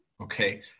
okay